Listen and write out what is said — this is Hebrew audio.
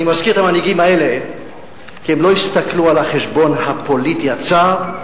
אני מזכיר את המנהיגים האלה כי הם לא הסתכלו על החשבון הפוליטי הצר,